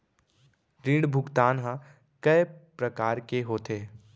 ऋण भुगतान ह कय प्रकार के होथे?